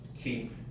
Keep